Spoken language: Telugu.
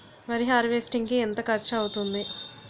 వరి హార్వెస్టింగ్ కి ఎంత ఖర్చు అవుతుంది?